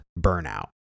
burnout